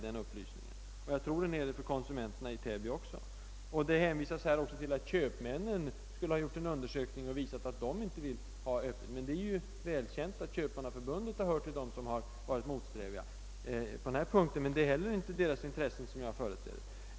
Jag tror att den är ointressant också för konsumenterna i "Täby. Det hänvisas här också till att köp "männen skulle ha gjort en undersökning som visat att de inte vill ha sön dagsöppet. Det är ju välkänt att Köpmannaförbundet hör till dem som varit motsträviga på denna punkt, men det är heller inte deras intressen som jag företräder.